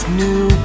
new